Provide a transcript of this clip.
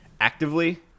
actively